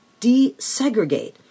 desegregate